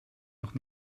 noch